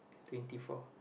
twenty four